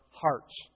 hearts